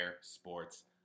sports